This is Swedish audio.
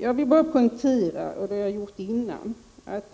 Jag vill bara poängtera, och det har jag gjort förut, att